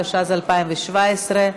התשע"ז 2017,